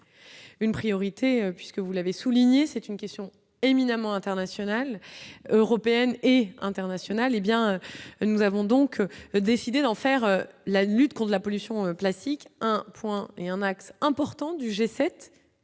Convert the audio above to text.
une priorité, puisque vous l'avez souligné, c'est une question éminemment internationales, européennes et internationales, et bien nous avons donc décidé d'en faire. La lutte contre la pollution classique un point et un axe important du G7